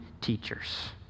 teachers